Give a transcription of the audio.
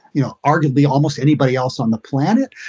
you know, arguably almost anybody else on the planet.